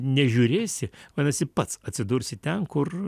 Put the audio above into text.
nežiūrėsi vadinasi pats atsidursi ten kur